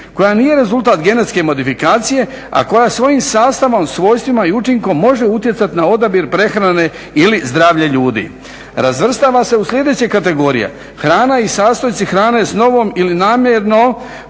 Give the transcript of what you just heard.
koja nije rezultat genetske modifikacije a koja svojim sastavom, svojstvima i učinkom može utjecati na odabir prehrane ili zdravlje ljudi. Razvrstava se u sljedeće kategorije. Hrana i sastojci hrane s novom ili namjerno